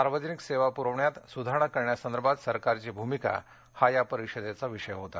सार्वजनिक सेवा पुरवण्यात सुधारणा करण्यासंदर्भात सरकारची भूमिका हा या परिषदेचा विषय होता